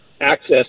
access